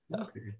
okay